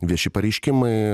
vieši pareiškimai